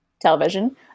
television